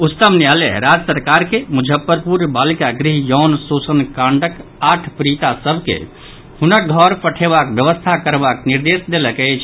उच्चतम न्यायालय राज्य सरकार के मुजफ्फरपुर बालिका गृह यौन शोषण कांडक आठ पीड़िता सभ के हुनक घर पठेबाक व्यवस्था करबाक निर्देश देलक अछि